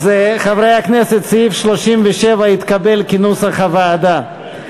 חברי הכנסת, סעיף 37 התקבל כנוסח הוועדה.